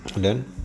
and then